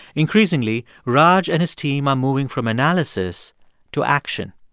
increasingly, raj and his team are moving from analysis to action.